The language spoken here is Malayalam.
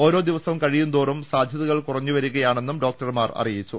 ഓരോ ദിവസം കഴിയുംതോറും സാധ്യ തകൾ കുറഞ്ഞു വരികയാണെന്നും ഡോക്ടർമാർ അറിയിച്ചു